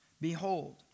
Behold